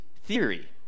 theory